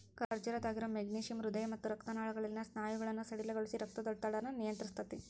ಖರ್ಜೂರದಾಗಿರೋ magnesium ಹೃದಯ ಮತ್ತ ರಕ್ತನಾಳಗಳಲ್ಲಿನ ಸ್ನಾಯುಗಳನ್ನ ಸಡಿಲಗೊಳಿಸಿ, ರಕ್ತದೊತ್ತಡನ ನಿಯಂತ್ರಸ್ತೆತಿ